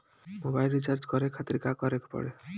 Mobile recharge करे खातिर का करे के पड़ी?